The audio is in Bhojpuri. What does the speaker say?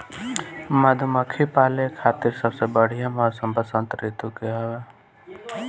मधुमक्खी पाले खातिर सबसे बढ़िया मौसम वसंत ऋतू के हवे